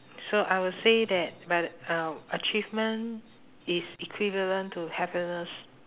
so I will say that but um achievement is equivalent to happiness